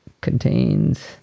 contains